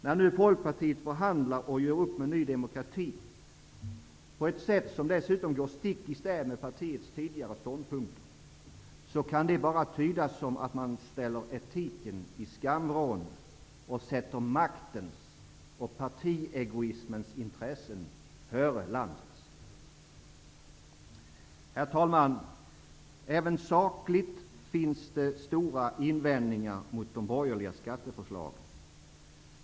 När nu Folkpartiet förhandlar och gör upp med Ny demokrati -- på ett sätt som dessutom går stick i stäv med partiets tidigare ståndpunkter -- kan detta bara tydas som att man nu ställer etiken i skamvrån och sätter maktens och partiegoismens intressen före landets. Herr talman! Även sakligt sett finns det stora invändningar mot de borgerliga skatteförslagen.